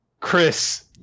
Chris